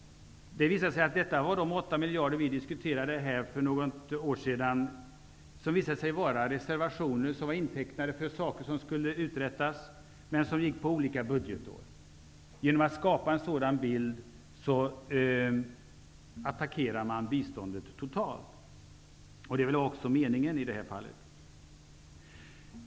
Det visade sig att detta var de 8 miljarder som vi diskuterade här för några år sedan. Det var reservationer som var intecknade för saker som skulle uträttas, men som belöpte olika budgetår. Genom att skapa en sådan bild attackerar man biståndet totalt. Det är väl också meningen i det här fallet.